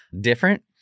different